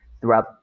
throughout